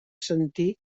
sentir